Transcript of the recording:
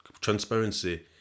Transparency